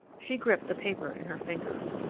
she gripped the paper in her fingers.